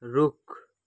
रुख